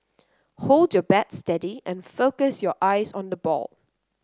hold your bat steady and focus your eyes on the ball